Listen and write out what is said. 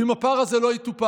ואם הפער הזה לא יטופל,